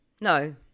No